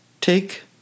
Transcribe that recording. Take